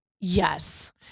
yes